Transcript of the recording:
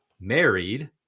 married